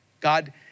God